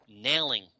nailing